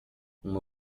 uma